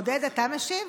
עודד, אתה משיב?